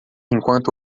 enquanto